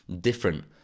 different